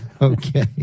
Okay